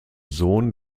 sohn